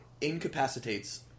incapacitates